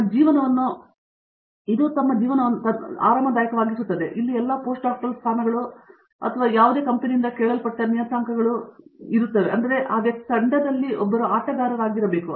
Satyanarayana N Gummadi ಆದ್ದರಿಂದ ಇಲ್ಲಿ ತನ್ನ ಜೀವನವನ್ನು ಆರಾಮದಾಯಕವಾಗಿಸುತ್ತದೆ ಮತ್ತು ಇದು ಎಲ್ಲಾ ಪೋಸ್ಟ್ ಡಾಕ್ಟೋರಲ್ ಸ್ಥಾನಗಳು ಅಥವಾ ಯಾವುದೇ ಕಂಪೆನಿಯಿಂದ ಕೇಳಲ್ಪಟ್ಟ ನಿಯತಾಂಕಗಳಲ್ಲಿ ಒಂದಾಗಿದೆ ಒಬ್ಬ ವ್ಯಕ್ತಿ ತಂಡದ ಆಟಗಾರರಲ್ಲವೇ ಇಲ್ಲವೇ ಇಲ್ಲ